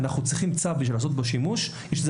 אנחנו צריכים צו בשביל לעשות בו שימוש בעיניי יש לזה